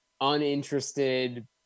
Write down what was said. uninterested